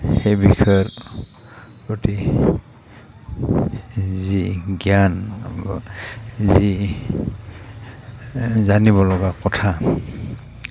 সেই বিষয়ৰ প্ৰতি যি জ্ঞান যি জানিব লগা কথা